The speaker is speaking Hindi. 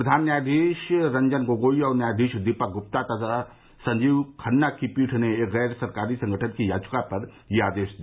प्रधान न्यायाधीश रंजन गोगोई और न्यायधीश दीपक गुप्ता तथा संजीव खन्ना की पीठ ने एक गैर सरकारी संगठन की याचिका पर यह आदेश दिया